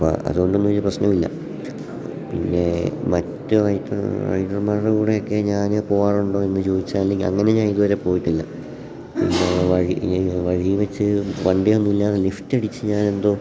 അപ്പം ആ അതുകൊണ്ടൊന്നും ഒരു പ്രശ്നവുമില്ല പിന്നെ മറ്റു റൈഡർ റൈഡർമാരുടെ കൂടെയൊക്കെ ഞാൻ പോവാറുണ്ടോ എന്നു ചോദിച്ചാൽ അങ്ങനെ ഞാൻ ഇതുവരെ പോയിട്ടില്ല വഴി വഴിയിൽ വെച്ച് വണ്ടിയൊന്നും ഇല്ലാതെ ലിഫ്റ്റ് അടിച്ച് ഞാനെന്തോ